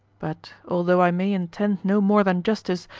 but, although i may intend no more than justice,